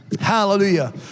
Hallelujah